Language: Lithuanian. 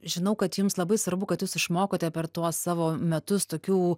žinau kad jums labai svarbu kad jūs išmokote per tuos savo metus tokių